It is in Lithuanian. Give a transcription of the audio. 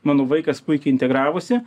mano vaikas puikiai integravosi